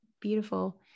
Beautiful